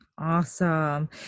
Awesome